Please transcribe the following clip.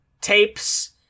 tapes